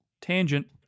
tangent